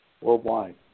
Worldwide